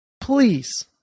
please